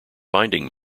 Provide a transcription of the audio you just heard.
binding